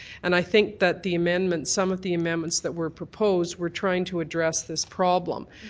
and i think that the amendment, some of the amendments that were proposed were trying to address this problem.